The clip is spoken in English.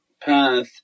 path